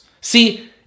See